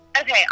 Okay